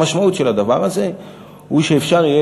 המשמעות של הדבר הזה היא שאפשר יהיה